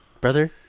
brother